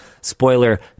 spoiler